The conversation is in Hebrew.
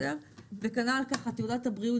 וכנ"ל תעודת הבריאות,